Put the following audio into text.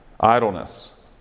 Idleness